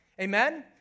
Amen